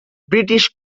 british